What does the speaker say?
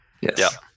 Yes